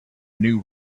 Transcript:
new